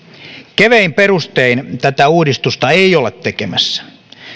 kevein perustein tätä uudistusta ei olla tekemässä